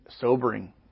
sobering